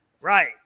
Right